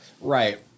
Right